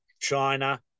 China